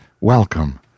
welcome